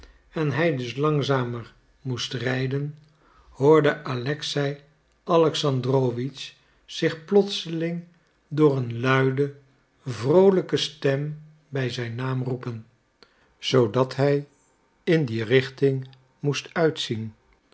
en hij dus langzamer moest rijden hoorde alexei alexandrowitsch zich plotseling door een luide vroolijke stem bij zijn naam roepen zoodat hij in die richting moest uitzien